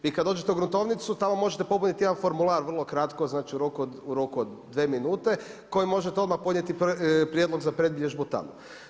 Vi kada dođete u gruntovnicu tamo možete popuniti jedan formular, vrlo kratko, znači u roku od 2 minute kojim možete odmah podnijeti prijedlog za predbilježbu tamo.